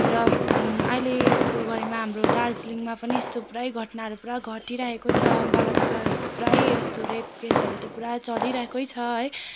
र अहिलेको घडीमा हाम्रो दार्जिलिङमा पनि यस्तो पुरै घटनाहरू पुरा घटिरहेको छ बलात्कार प्रायः यस्तो रेप केसहरू त प्रायः चलिरहेकै छ है